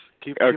Keep